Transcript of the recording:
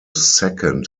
second